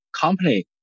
company